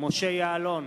משה יעלון,